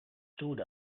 stood